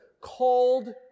called